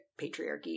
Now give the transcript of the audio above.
patriarchy